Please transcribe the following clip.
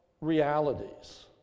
realities